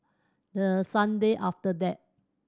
the sunday after that